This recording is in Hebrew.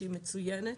שהיא מצוינת,